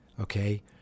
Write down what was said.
okay